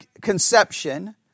conception